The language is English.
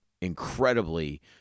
incredibly